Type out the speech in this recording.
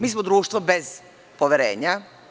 Mi smo društvo bez poverenja.